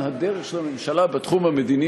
גברתי,